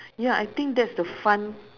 ya I think that's the fun